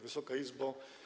Wysoka Izbo!